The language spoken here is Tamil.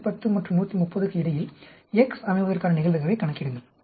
110 மற்றும் 130 க்கு இடையில் x அமைவதற்கான நிகழ்தகவைக் கணக்கிடுங்கள்